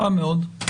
רע מאוד.